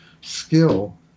skill